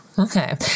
Okay